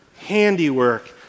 handiwork